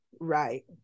Right